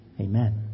Amen